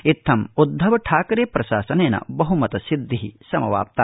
इत्थम् उद्धवठाकरे प्रशासनेन बहुमतसिद्धि समवाप्ता